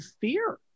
fear